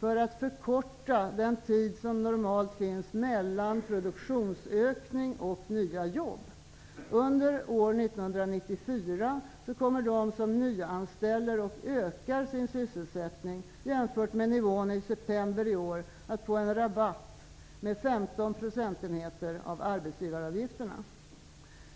för att förkorta den tid som normalt förflyter mellan produktionsökning och nya jobb. Under år 1994 kommer de som nyanställer och ökar sin sysselsättning jämfört med nivån i september i år att få en rabatt med 15 procentenheter på arbetsgivaravgifterna.